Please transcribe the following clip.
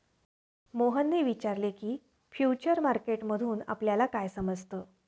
मोहनने विचारले की, फ्युचर मार्केट मधून आपल्याला काय समजतं?